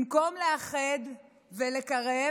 במקום לאחד ולקרב